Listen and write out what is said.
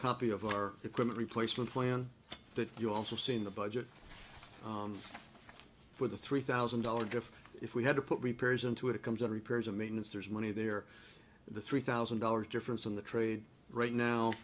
copy of our equipment replacement plan that you also see in the budget for the three thousand dollars if if we had to put repairs into it it comes out repairs and maintenance there's money there the three thousand dollars difference in the trade right now